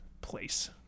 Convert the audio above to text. place